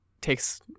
takes